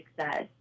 success